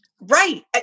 Right